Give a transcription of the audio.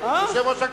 אדוני היושב-ראש,